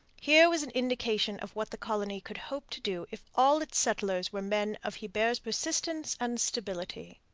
here was an indication of what the colony could hope to do if all its settlers were men of hebert's persistence and stability.